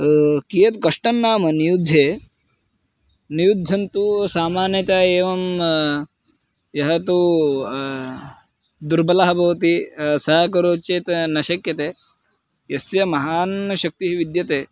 कियत् कष्टं नाम नियुद्धे नियुद्धं तु सामान्यतया एवं यः तु दुर्बलः भवति सः करोति चेत् न शक्यते यस्य महान् शक्तिः विद्यते